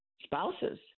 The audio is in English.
spouses